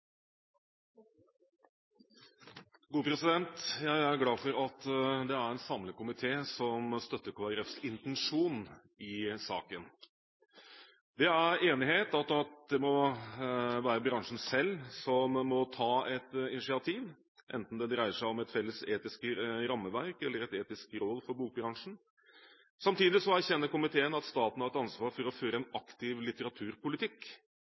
en samlet komité som støtter Kristelig Folkepartis intensjon i saken. Det er enighet om at det må være bransjen selv som må ta et initiativ, enten det dreier seg om et felles etisk rammeverk eller et etisk råd for bokbransjen. Samtidig erkjenner komiteen at staten har et ansvar for å føre en aktiv litteraturpolitikk.